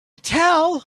tell